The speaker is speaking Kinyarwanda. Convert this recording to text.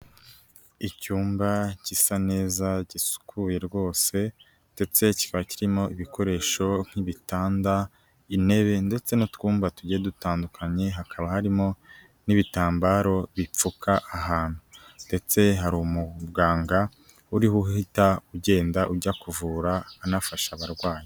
Icyumba gisa neza, gisukuye rwose ndetse kikaba kirimo ibikoresho nk'ibitanda, intebe ndetse n'utwumba tugiye dutandukanye, hakaba harimo n'ibitambaro bipfuka ahantu. Ndetse hari umuganga uriho uhita ugenda ujya kuvura, anafasha abarwayi.